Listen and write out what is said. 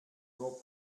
nur